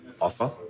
offer